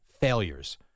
failures